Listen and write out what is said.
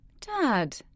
Dad